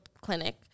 clinic